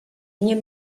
mnie